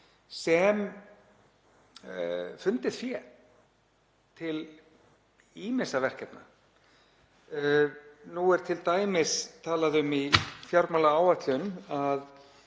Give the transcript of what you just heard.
sem fundið fé til ýmissa verkefna. Nú er t.d. talað um í fjármálaáætlun að